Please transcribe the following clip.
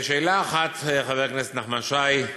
1. חבר הכנסת נחמן שי,